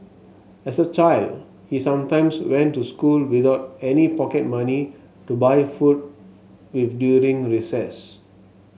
as a child he sometimes went to school without any pocket money to buy food with during recess